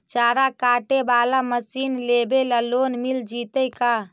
चारा काटे बाला मशीन लेबे ल लोन मिल जितै का?